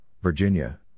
Virginia